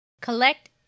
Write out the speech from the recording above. collect